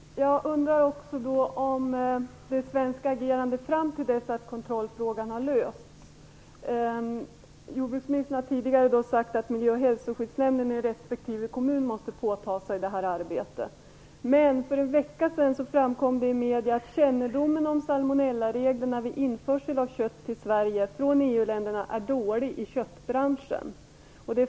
Herr talman! Jag undrar också hur det svenska agerandet kommer att utformas fram till dess att kontrollfrågan har lösts. Jordbruksministern har tidigare sagt att miljö och hälsoskyddsnämnden i respektive kommun måste åta sig detta arbete. För en vecka sedan framkom det dock i medierna att kännedomen om reglerna vad avser salmonella vid införsel av kött från de övriga EU-länderna är dålig i köttbranschen.